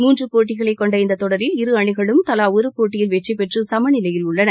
மூன்று போட்டிகளைக் கொண்ட இந்த தொடரில் இரு அணிகளும் தலா ஒரு போட்டியில் வெற்றிபெற்று சமநிலையில் உள்ளன